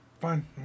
fine